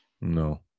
No